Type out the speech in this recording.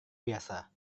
biasa